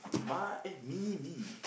my eh mini me